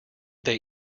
they